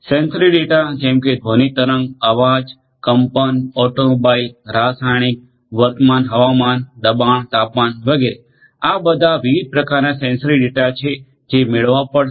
sensory data જેમ કે ધ્વનિ તરંગ અવાજ કંપન ઓટોમોબાઈલ રાસાયણિક વર્તમાન હવામાન દબાણ તાપમાન વગેરે આ બધા વિવિધ પ્રકારના સેન્સરી ડેટા છે જે મેળવવા પડશે